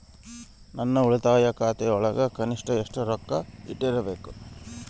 ನನ್ನ ಉಳಿತಾಯ ಖಾತೆಯೊಳಗ ಕನಿಷ್ಟ ಎಷ್ಟು ರೊಕ್ಕ ಇಟ್ಟಿರಬೇಕು?